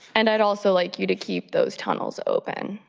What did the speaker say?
and i'd also like you to keep those tunnels open.